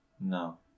no